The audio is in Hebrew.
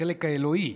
החלק האלוהי,